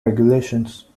regulations